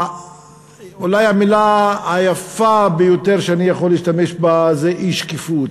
אולי המילה היפה ביותר שאני יכול להשתמש בה זה אי-שקיפות,